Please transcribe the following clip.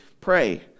pray